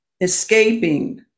escaping